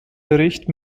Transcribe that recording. bericht